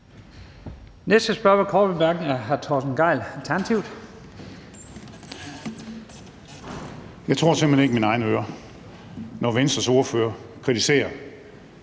Alternativet. Kl. 14:14 Torsten Gejl (ALT): Jeg tror simpelt hen ikke mine egne ører, når Venstres ordfører kritiserer